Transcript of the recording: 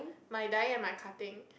mine dye and my cutting